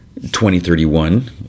2031